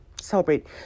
celebrate